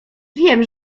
wiem